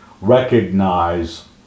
recognize